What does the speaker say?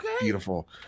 beautiful